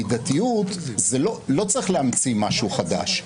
המידתיות לא צריך להמציא משהו חדש.